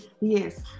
Yes